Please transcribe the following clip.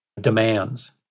demands